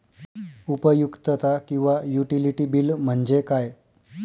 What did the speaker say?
उपयुक्तता किंवा utility bill म्हणजे काय?